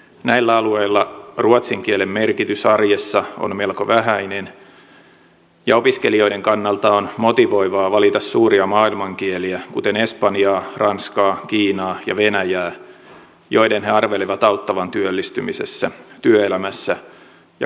näillä alueilla ruotsin kielen merkitys arjessa on melko vähäinen ja opiskelijoiden kannalta on motivoivaa valita suuria maailmankieliä kuten espanjaa ranskaa kiinaa ja venäjää joiden he arvelevat auttavan työllistymisessä työelämässä ja kansainvälistymisessä